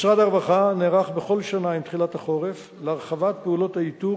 משרד הרווחה נערך בכל שנה עם תחילת החורף להרחבת פעולות האיתור